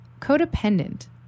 Codependent